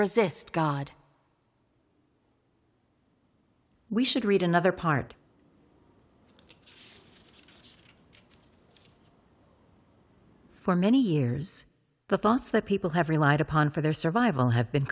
resist god we should read another part for many years the thoughts that people have relied upon for their survival have been